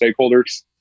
stakeholders